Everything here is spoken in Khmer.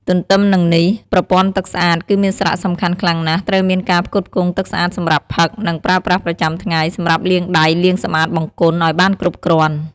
ទន្ទឹមនឹងនេះ ប្រព័ន្ធទឹកស្អាត គឺមានសារៈសំខាន់ខ្លាំងណាស់ ត្រូវមានការផ្គត់ផ្គង់ទឹកស្អាតសម្រាប់ផឹក និងប្រើប្រាស់ប្រចាំថ្ងៃ សម្រាប់លាងដៃ លាងសម្អាតបង្គន់ ឲ្យបានគ្រប់គ្រាន់។